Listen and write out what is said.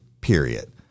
period